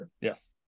Yes